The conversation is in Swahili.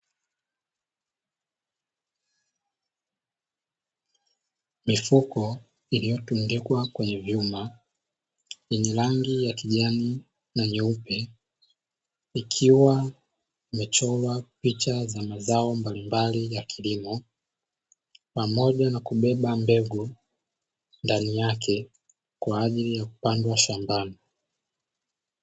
Mifuko iliyotundikwa kwenye vyuma yenye rangi ya kijani na nyeupe, ikiwa imechorwa picha za mazao mbalimbali ya kilimo pamoja na kubeba mbegu ndani yake kwa ajili ya kupandwa shambani.